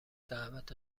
دعوت